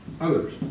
Others